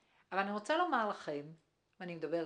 אבל בעיקרון --- זאת אומרת אנחנו נצטרך לתת